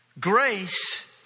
grace